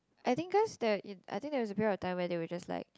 I think guys there I think there is a period of time where they were just like